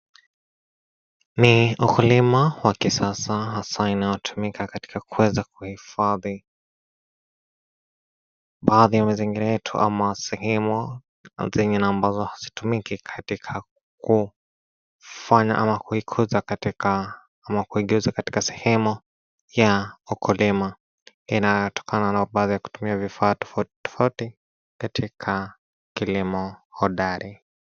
Ni ukulima wa kisasa aswa unaotumika katika kuweza kuhifadhi baadhi ya mazingira yetu ama sehemu za ardhini na ambamo hazitumiki katika kufanya au kuikuza katika ama kuengezwa katika sehemu ya ukulima inatokana na baadhi ya kutumia vifaa tofauti tofauti katika kilimo hodari.